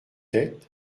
être